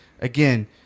again